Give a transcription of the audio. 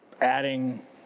adding